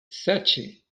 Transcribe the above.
sete